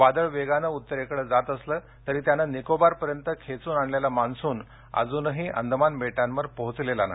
वादळ वेगानं उत्तरेकडे जात असलं तरी त्यानं निकोबारपर्यंत खेचून आणलेला मान्सून अजूनही अंदमान बेटांवर होचलेला नाही